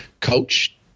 coach